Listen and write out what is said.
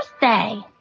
birthday